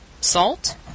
salt